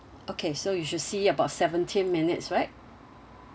okay so you should see about seventeen minutes right